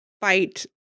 fight